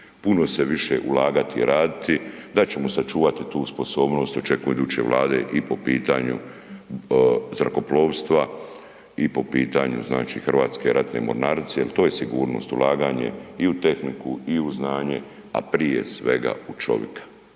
puno se više ulagati, raditi, da ćemo sačuvati tu sposobnost, očekujem od iduće Vlade i po pitanju zrakoplovstva i po pitanju HRM-a jer to je sigurnost, ulaganje i u tehniku i u znanje a prije svega u čovjeka.